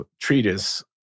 treatise